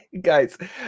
guys